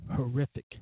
horrific